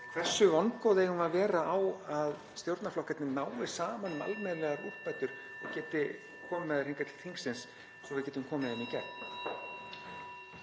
Hversu vongóð eigum við að vera um að stjórnarflokkarnir nái saman um almennilegar úrbætur og geti komið með þær til þingsins svo við getum komið þeim í gegn?